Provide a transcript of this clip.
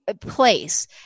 place